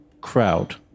crowd